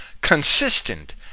consistent